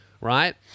right